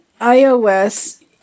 iOS